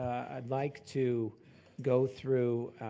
i'd like to go through,